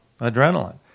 adrenaline